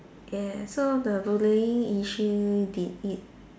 yes so the bullying issue they it